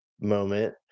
moment